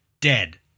Dead